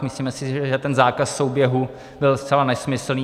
Myslíme si, že ten zákaz souběhu byl zcela nesmyslný.